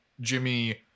jimmy